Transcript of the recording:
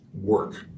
work